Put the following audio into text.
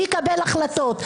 מי יקבל החלטות,